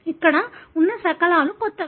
ఇక్కడ ఉన్న శకలాలు కొత్తవి